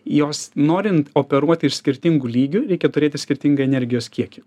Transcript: jos norint operuoti ir skirtingu lygiu reikia turėti skirtingą energijos kiekį